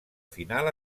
final